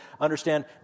understand